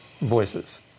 voices